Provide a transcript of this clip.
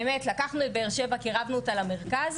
באמת לקחנו את באר שבע וקרבנו אותה למרכז.